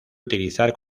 utilizar